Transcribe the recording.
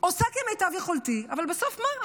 עושה כמיטב יכולתי, אבל בסוף מה?